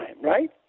right